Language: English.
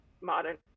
modern